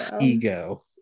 Ego